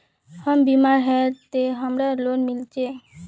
हम बीमार है ते हमरा लोन मिलते?